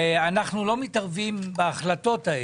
ואנחנו לא מתערבים בהחלטות האלה.